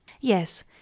Yes